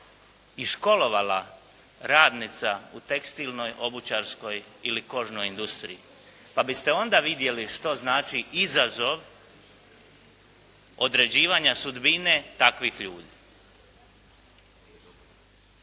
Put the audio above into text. i školovala radnica u tekstilnoj, obućarskoj ili kožnoj industriji pa biste onda vidjeli što znači izazov, određivanja sudbine takvih ljudi.